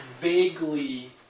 vaguely